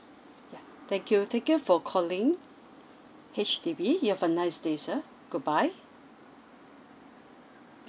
ya thank you thank you for calling H_D_B you have a nice day sir goodbye